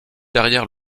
derrière